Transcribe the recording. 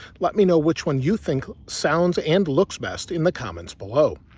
let me know which one you think sounds and looks best in the comments below.